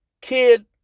kid